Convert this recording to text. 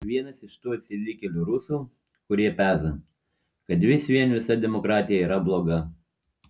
vienas iš tų atsilikėlių rusų kurie peza kad vis vien visa demokratija yra bloga